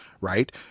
Right